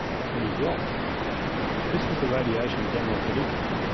the penny dropped this was the radiation gamov predicted.